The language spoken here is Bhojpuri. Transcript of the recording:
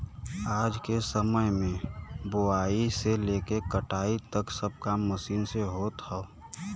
आज के समय में बोआई से लेके कटाई तक सब काम मशीन से होत हौ